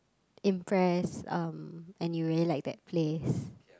impressed um and you really like that place